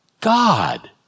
God